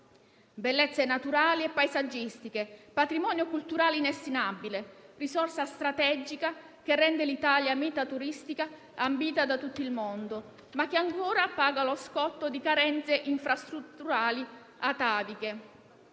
Bellezze naturali e paesaggistiche sono un patrimonio culturale inestimabile, una risorsa strategica che rende l'Italia meta turistica ambita da tutto il mondo, ma che ancora paga lo scotto di carenze infrastrutturali ataviche.